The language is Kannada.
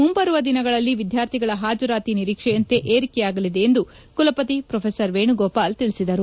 ಮುಂಬರುವ ದಿನಗಳಲ್ಲಿ ವಿದ್ಯಾರ್ಥಿಗಳ ಹಾಜರಾತಿ ನಿರೀಕ್ಷೆಯಂತೆ ಏರಿಕೆಯಾಗಲಿದೆ ಎಂದು ಕುಲಪತಿ ಪ್ರೋಪೆಸರ್ ವೇಣುಗೋಪಾಲ ತಿಳಿಸಿದರು